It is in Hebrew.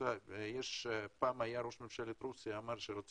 יש משפט שראש ממשלת רוסיה אמר ואני מצטט,